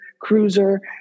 cruiser